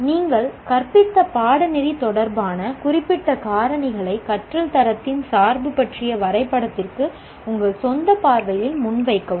நீங்கள் கற்பித்த பாடநெறி தொடர்பான குறிப்பிட்ட காரணிகளை கற்றல் தரத்தின் சார்பு பற்றிய வரைபடத்திற்கு உங்கள் சொந்த பார்வையை முன்வைக்கவும்